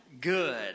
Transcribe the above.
good